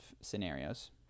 scenarios